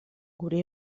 guri